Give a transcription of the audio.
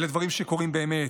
אלה דברים שקורים באמת.